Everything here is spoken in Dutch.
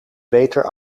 beter